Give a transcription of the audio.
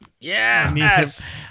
Yes